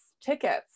tickets